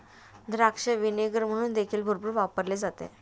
द्राक्ष व्हिनेगर म्हणून देखील भरपूर वापरले जाते